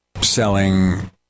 selling